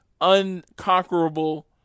unconquerable